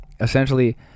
essentially